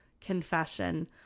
confession